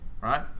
right